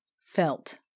felt